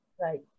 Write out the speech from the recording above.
Right